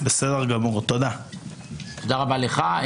תודה רבה לך.